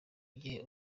gihe